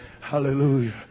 hallelujah